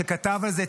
שכתב על זה,